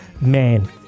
Man